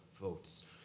votes